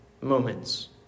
moments